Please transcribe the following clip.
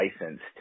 licensed